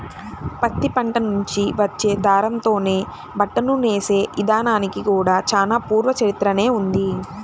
పత్తి పంట నుంచి వచ్చే దారంతోనే బట్టను నేసే ఇదానానికి కూడా చానా పూర్వ చరిత్రనే ఉంది